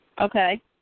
Okay